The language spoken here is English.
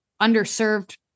underserved